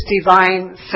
divine